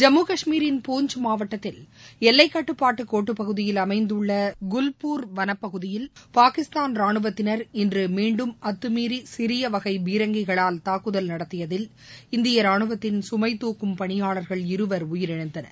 ஜம்முகாஷ்மீரின் பூஞ்ச் மாவட்டத்தில் எல்லைக் கட்டுப்பாட்டுக் கோட்டுப் பகுதியில் அமைந்துள்ளகுல்பூர் வனப்பகுதியில் பாகிஸ்தான் ராணுவத்தினர் இன்றுமீண்டும் அத்துமீறிசிறியவகைபீரங்கிகளால் தாக்குதல் நடத்தியதில் இந்தியரானுவத்தின் கமை துக்கும் பணியாளர்கள் இருவர் உயிரிழந்தனர்